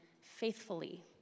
faithfully